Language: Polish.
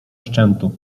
szczętu